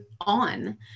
on